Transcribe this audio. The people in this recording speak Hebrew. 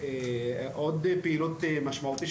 עוד פעילות משמעותית,